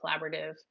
collaborative